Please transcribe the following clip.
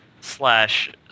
slash